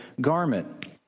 garment